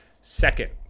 Second